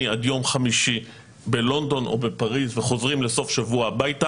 עד יום חמישי בלונדון או בפריס וחוזרים הביתה לסוף שבוע.